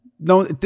No